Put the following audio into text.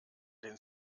den